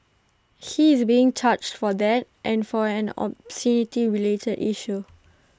he is being charged for that and for an obscenity related issue